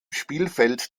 spielfeld